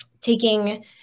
taking